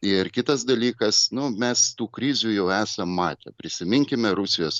ir kitas dalykas nu mes tų krizių jau esam matę prisiminkime rusijos